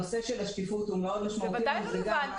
הנושא של השקיפות הוא מאוד משמעותי לנו --- בוודאי שהוא רלוונטי,